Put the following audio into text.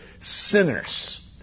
sinners